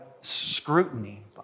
scrutiny